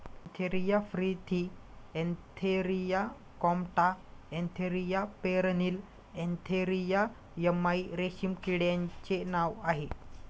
Antheraea frithi Antheraea compta Antheraea pernyi Antheraea yamamai रेशीम किड्याचे नाव आहे